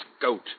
goat